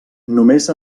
només